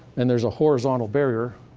and there's a horizontal barrier.